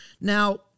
Now